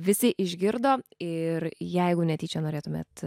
visi išgirdo ir jeigu netyčia norėtumėt